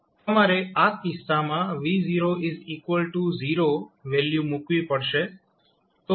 તમારે આ કિસ્સામાં V0 0 વેલ્યુ મૂકવી પડશે